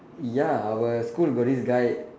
ya our school got this guy